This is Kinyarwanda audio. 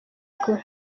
akaba